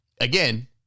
again